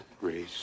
race